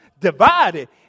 Divided